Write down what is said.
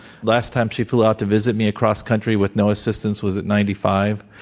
last time she flew out to visit me across country with no assistance was at ninety five.